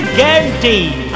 guaranteed